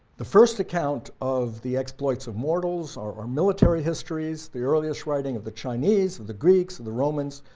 the first account of the exploits of mortals our our military histories. the earliest writing of the chinese, of the greeks, of the romans,